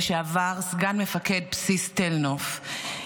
לשעבר סגן מפקד בסיס תל-נוף,